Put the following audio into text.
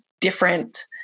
different